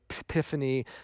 Epiphany